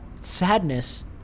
sadness